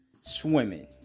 Swimming